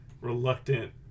reluctant